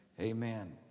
Amen